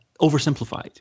oversimplified